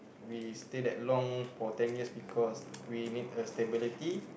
we stayed that long for ten years because we need the stability